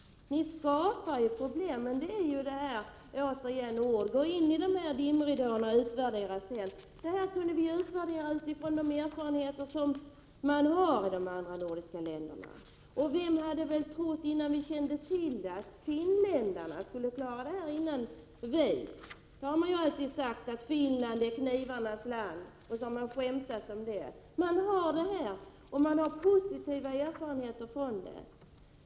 Ni skapar ju problem. Återigen bara ord: man går in i dimridåer och försöker sedan utvärdera. Men vi kan ju göra utvärderingar på basis av de erfarenheter som man har i de andra nordiska länderna. Vem hade väl trott att finländarna skulle klara av de här problemen före oss. Man har ju alltid skämtsamt sagt att Finland är knivarnas land. Men i Finland har man positiva erfarenheter.